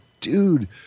dude